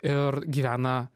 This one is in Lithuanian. ir gyvena